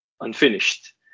unfinished